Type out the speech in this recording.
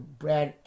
bread